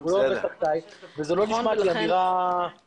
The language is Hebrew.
והוא לא עובד תחתיי וזאת לא נשמעת אמירה סבירה.